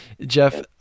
Jeff